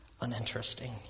uninteresting